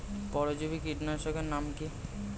পরজীবী কীটনাশকের নাম কি?